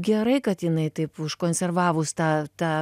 gerai kad jinai taip užkonservavus tą tą